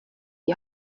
die